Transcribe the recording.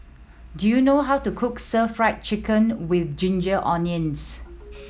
do you know how to cook Stir Fried Chicken With Ginger Onions